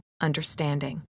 understanding